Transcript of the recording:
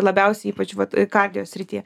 labiausiai ypač vat kardio srityje